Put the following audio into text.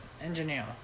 engineer